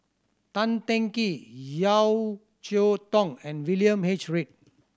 Tan Teng Kee Yeo Cheow Tong and William H Read